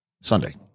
Sunday